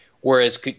Whereas